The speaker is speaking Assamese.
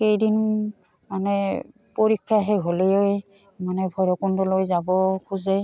কেইদিন মানে পৰীক্ষা শেষ হ'লেই মানে ভৈৰৱকুণ্ডলৈ যাব খোজে